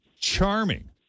charming